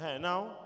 Now